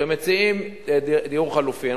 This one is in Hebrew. כשמציעים דיור חלופי,